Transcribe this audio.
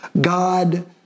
God